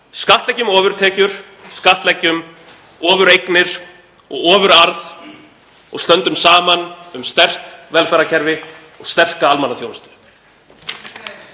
Skattleggjum ofurtekjur, skattleggjum ofureignir og ofurarð og stöndum saman um sterkt velferðarkerfi og sterka almannaþjónustu.